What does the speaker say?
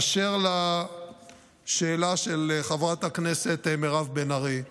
אשר לשאלה של חברת הכנסת מירב בן ארי,